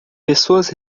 pessoas